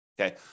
Okay